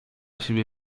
siebie